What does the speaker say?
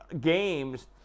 games